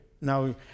Now